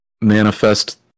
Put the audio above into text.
manifest